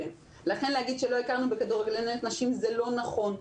ולכן להגיד שלא הכרנו בכדורגלניות נשים זה לא נכון.